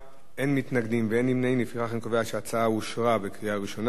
ההצעה להעביר את הצעת חוק נכסים של נספי השואה